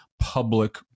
public